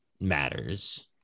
matters